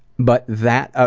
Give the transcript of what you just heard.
but that, ah